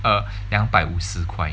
err 两百五十块